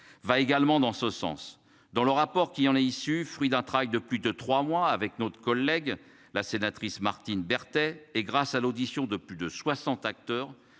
Va également dans ce sens dans le rapport qui en est issu. Fruit d'un travail de plus de 3 mois avec notre collègue la sénatrice Martine Berthet et grâce à l'audition de plus de 60 acteur